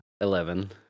Eleven